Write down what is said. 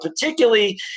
particularly